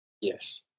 yes